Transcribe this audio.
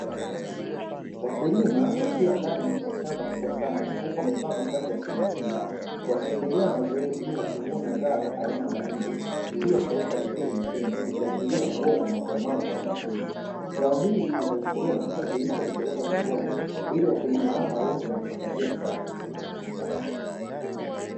Wakulima wakiwa ndani ya shamba kubwa sana, huku wamevaa mavazi ya kujikinga wakiendelea na zoezi ya kuvuna zao aina mahindi iliyokauka vizuri mtini ikiashiria ubora na ukomavu wa zao hili. Zao hili litachukuliwa na kusafirishwa kupelekwa sokoni ili wakulima hao wauze na kujipatia kipato.